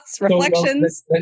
reflections